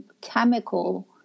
chemical